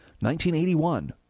1981